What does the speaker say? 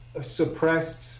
suppressed